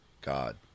God